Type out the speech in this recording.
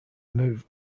move